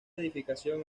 edificación